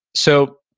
so,